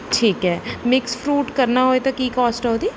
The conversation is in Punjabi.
ਠੀਕ ਹੈ ਮਿਕਸ ਫਰੂਟ ਕਰਨਾ ਹੋਏ ਤਾਂ ਕੀ ਕੌਸਟ ਆ ਉਹਦੀ